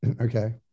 Okay